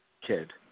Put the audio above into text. kid